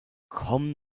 komm